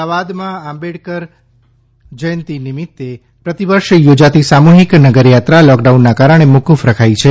અમદાવાદમાં આંબેડકર જયંતિ નિમિત્તે પ્રતિવર્ષ યોજાતી સામૂહીક નગરયાત્રા લોકડાઉનના કારણે મોફ્રફ રખાઇ છે